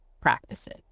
practices